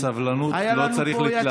מהסבלנות לא צריך להתלהם.